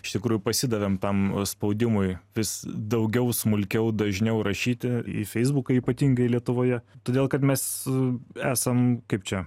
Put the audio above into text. iš tikrųjų pasidavėm tam spaudimui vis daugiau smulkiau dažniau rašyti į feisbuką ypatingai lietuvoje todėl kad mes esam kaip čia